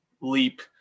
leap